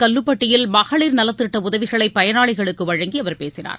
கல்லுப்பட்டியில் மகளிர் நலத்திட்ட உதவிகளை பயனாளிகளுக்கு வழங்கி அவர் பேசினார்